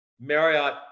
Marriott